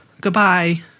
Goodbye